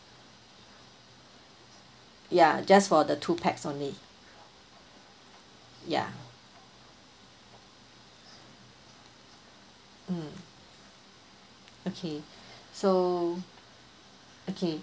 ya just for the two pax only ya um okay so okay